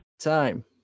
Time